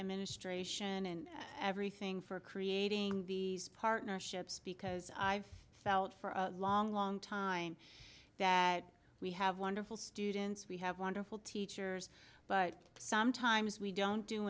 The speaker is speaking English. administration and everything for creating these partnerships because i've felt for a long long time that we have wonderful students we have wonderful teachers but sometimes we don't do